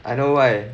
I know why